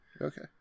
Okay